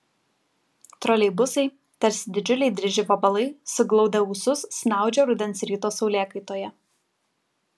troleibusai tarsi didžiuliai dryži vabalai suglaudę ūsus snaudžia rudens ryto saulėkaitoje